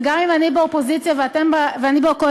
וגם אם אני בקואליציה ואתן באופוזיציה,